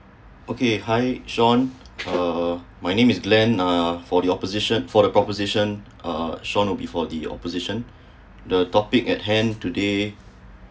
okay hi shawn uh my name is glen ugh for your opposition for the proposition uh shawn would be for the opposition the topic at hand today